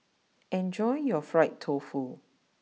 enjoy your Fried Tofu